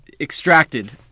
extracted